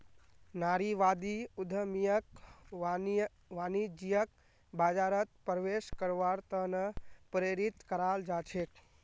नारीवादी उद्यमियक वाणिज्यिक बाजारत प्रवेश करवार त न प्रेरित कराल जा छेक